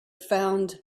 found